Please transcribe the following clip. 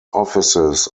offices